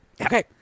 Okay